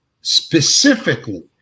specifically